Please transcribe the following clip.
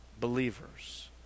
believers